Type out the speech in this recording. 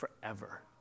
forever